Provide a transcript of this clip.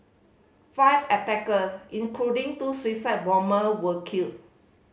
five attacker including two suicide bomber were killed